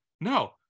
No